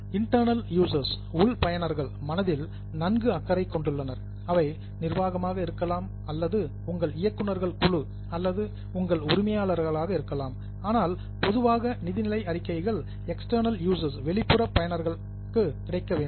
internal users உள் பயனர்கள் மனதில் நன்கு அக்கறை கொண்டுள்ளனர் அவை நிர்வாகமாக இருக்கலாம் அல்லது உங்கள் இயக்குனர்கள் குழு அல்லது உங்கள் உரிமையாளராக இருக்கலாம் ஆனால் பொதுவாக நிதிநிலை அறிக்கைகள் எக்ஸ்டர்னல் யூசர்ஸ் வெளிப்புற பயனர்கள் கிடைக்க வேண்டும்